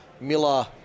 Miller